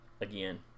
again